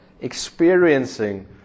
experiencing